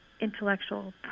intellectual